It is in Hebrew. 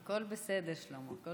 הכול בסדר, שלמה, הכול בסדר.